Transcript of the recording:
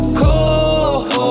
cold